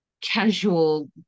casual